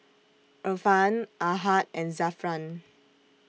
Irfan Ahad and Zafran